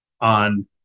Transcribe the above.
on